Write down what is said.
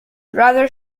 rather